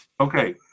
Okay